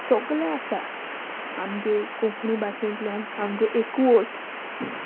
सगळें आसा आमगे कोंकणी भाशेंतल्यान आमगो एकवट